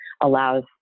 allows